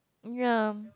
ya